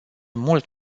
mult